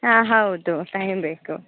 ಹಾಂ ಹೌದು ಟೈಮ್ ಬೇಕು